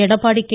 Edappadi K